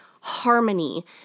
harmony